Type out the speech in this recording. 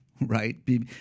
right